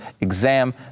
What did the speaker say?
exam